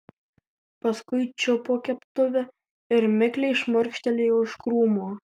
paskui čiupo keptuvę ir mikliai šmurkštelėjo už krūmo